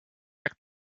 check